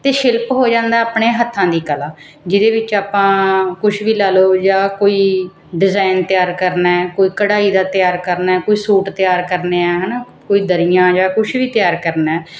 ਅਤੇ ਸ਼ਿਲਪ ਹੋ ਜਾਂਦਾ ਆਪਣੇ ਹੱਥਾਂ ਦੀ ਕਲਾ ਜਿਹਦੇ ਵਿੱਚ ਆਪਾਂ ਕੁਛ ਵੀ ਲਾ ਲਓ ਜਾਂ ਕੋਈ ਡਿਜ਼ਾਇਨ ਤਿਆਰ ਕਰਨਾ ਕੋਈ ਕਢਾਈ ਦਾ ਤਿਆਰ ਕਰਨਾ ਕੋਈ ਸੂਟ ਤਿਆਰ ਕਰਨੇ ਆ ਹੈ ਨਾ ਕੋਈ ਦਰੀਆਂ ਜਾਂ ਕੁਛ ਵੀ ਤਿਆਰ ਕਰਨਾ